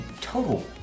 total